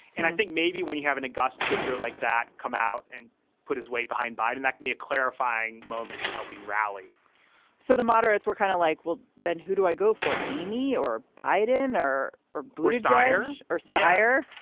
and i think maybe when you have an august figure like that come out and put his weight behind biden, that can be a clarifying moment and help helping rally so the moderates were kind of like, well, then who do i go for, amy or biden or or bristol-myers or c. i. a?